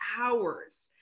hours